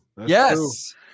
yes